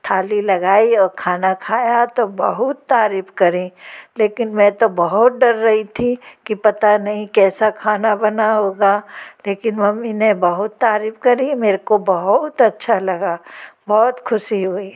थाली लगाई और खाना खाया तो बहुत तारीफ़ करी लेकिन मैं तो बहुत डर रही थी कि पता नहीं कैसा खाना बना होगा लेकिन मम्मी ने बहुत तारीफ़ करी मेरे को बहुत अच्छा लगा बहुत खुशी हुई